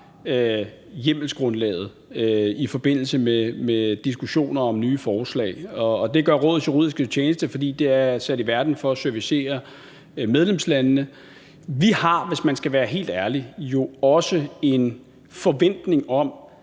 hjemmelsgrundlaget i forbindelse med diskussioner om nye forslag. Det gør Rådets juridiske tjeneste, fordi den er sat i verden for at servicere medlemslandene. Vi har, hvis man skal være helt ærlig, jo også en forventning om,